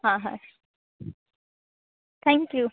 હા હા thank you